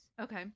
Okay